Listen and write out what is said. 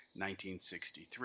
1963